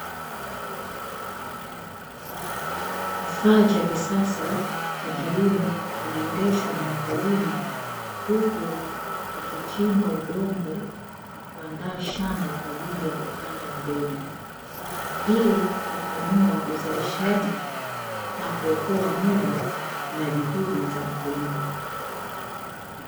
Kifaa cha kisasa cha kilimo kinaendeshwa na m kulima, huku kikichimba udongo na kuandaa shamba kwa ajili ya kupanda mbegu, hii hupanua uzalishaji na kuokoa muda na juhudi za mkulima.